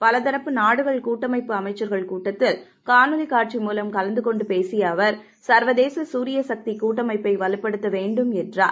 பலதரப்பு நாடுகள் கூட்டமைப்பு அமைச்சர்கள் கூட்டத்தில் காணொளி காட்சி மூவம் கலந்து கொண்டு பேசிய அவர் சர்வதேச சூரிய சக்தி கூட்டமைப்பை வலுப்படுத்த வேண்டும் என்றார்